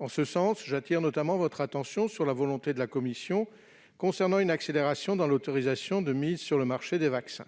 À cet égard, j'attire notamment votre attention sur la volonté de la Commission d'accélérer l'autorisation de mise sur le marché des vaccins.